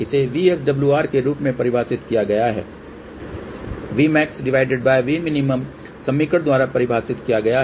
इसे VSWR के रूप में परिभाषित किया गया है समीकरण द्वारा परिभसित किया गया है